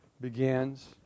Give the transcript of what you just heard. begins